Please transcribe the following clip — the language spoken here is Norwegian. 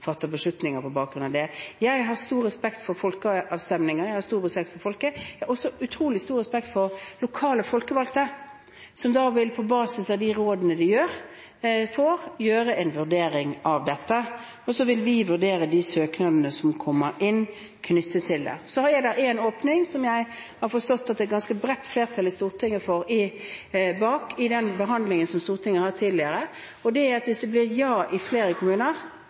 beslutninger på bakgrunn av det. Jeg har stor respekt for folkeavstemninger, jeg har stor respekt for folket. Jeg har også utrolig stor respekt for lokale folkevalgte, som på basis av de rådene de får, vil gjøre en vurdering av dette, og så vil vi vurdere de søknadene som kommer inn knyttet til det. Så har jeg da en åpning, som jeg har forstått at det er ganske bredt flertall i Stortinget for gjennom den behandlingen som Stortinget har hatt tidligere: Hvis det blir ja i flere kommuner og det blir nei i